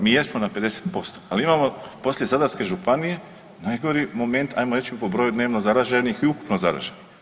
Mi jesmo na 50%, ali imamo poslije Zadarske županije najgori moment po broju dnevno zaraženih i ukupno zaraženih.